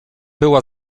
była